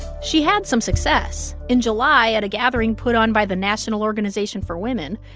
she had some success. in july, at a gathering put on by the national organization for women,